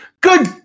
Good